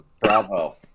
Bravo